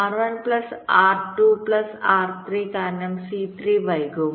R1 plus R2 plus R3 കാരണം C3 വൈകും